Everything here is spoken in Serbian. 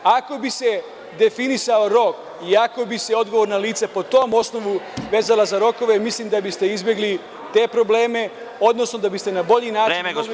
Ako bi se definisao rok i ako bi se odgovorna lica po tom osnovu vezala za rokove, mislim da biste izbegli te probleme, odnosno da biste na bolji način mogli da pratite